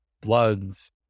bloods